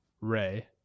Ray